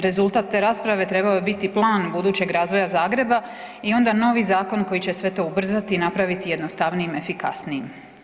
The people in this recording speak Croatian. Rezultat te rasprave trebao je biti plan budućeg razvoja Zagreba i onda novi Zakon koji će sve to ubrzati, napraviti jednostavnijim, efikasnijim.